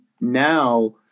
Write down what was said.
now